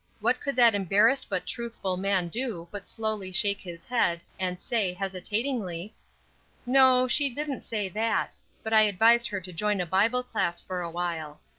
what could that embarrassed but truthful man do but slowly shake his head, and say, hesitatingly no, she didn't say that but i advised her to join a bible-class for awhile.